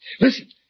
Listen